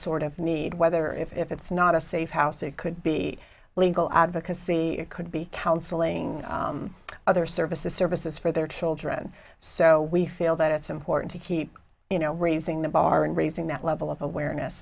sort of need whether if it's not a safe house it could be legal advocacy it could be counseling other services services for their children so we feel that it's important to keep you know raising the bar and raising that level of awareness